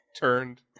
turned